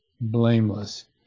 blameless